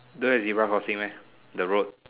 don't have zebra crossing meh the road